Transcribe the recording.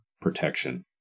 protection